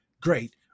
great